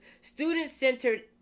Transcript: student-centered